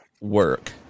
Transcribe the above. work